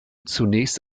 zunächst